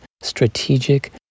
strategic